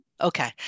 Okay